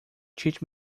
teach